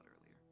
earlier